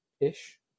ish